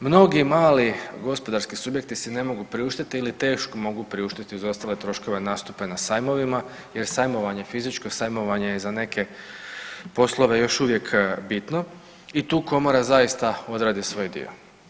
Mnogi mali gospodarski subjekti si ne mogu priuštiti ili teško mogu priuštiti uz ostale troškove nastupe na sajmovima jer sajmovanje, fizičko sajmovanje je za neke poslove još uvijek bitno i tu Komora zaista odradi svoj dio.